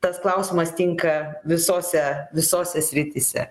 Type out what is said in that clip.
tas klausimas tinka visose visose srityse